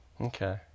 Okay